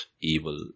evil